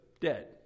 dead